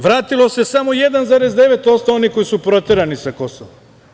Vratilo se samo 1,9% onih koji su proterani sa Kosova.